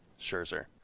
Scherzer